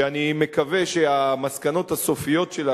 שאני מקווה שהמסקנות הסופיות שלה,